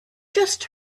just